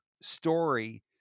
story